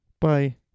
Bye